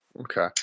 Okay